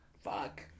Fuck